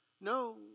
No